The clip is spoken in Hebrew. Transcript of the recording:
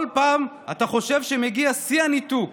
כל פעם אתה חושב שמגיע שיא הניתוק,